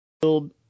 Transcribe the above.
build